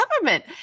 government